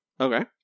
okay